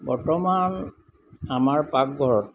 বৰ্তমান আমাৰ পাকঘৰত